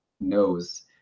knows